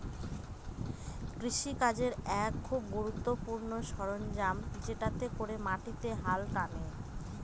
কৃষি কাজের এক খুব গুরুত্বপূর্ণ সরঞ্জাম যেটাতে করে মাটিতে হাল টানে